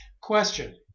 Question